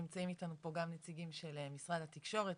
נמצאים אתנו פה גם נציגים של משרד התקשורת,